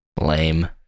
Lame